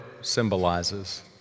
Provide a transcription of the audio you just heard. symbolizes